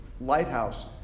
lighthouse